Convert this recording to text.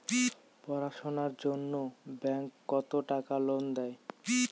পড়াশুনার জন্যে ব্যাংক কত টাকা লোন দেয়?